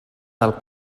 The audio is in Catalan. del